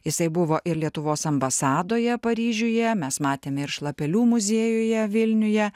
jisai buvo ir lietuvos ambasadoje paryžiuje mes matėme ir šlapelių muziejuje vilniuje